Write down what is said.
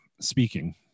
speaking